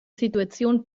situaziun